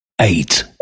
eight